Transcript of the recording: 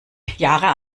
jahre